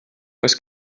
oes